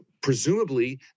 presumably